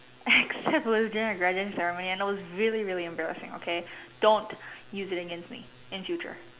except it was during the graduation ceremony and it was really really embarrassing okay don't use it against me in future